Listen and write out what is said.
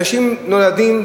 אנשים נולדים,